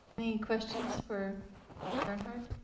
any questions for bernard?